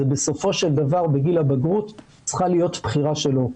זה בסופו של דבר בגיל הבגרות צריכה להיות בחירה שלו.